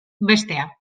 bestea